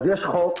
אז יש חוק,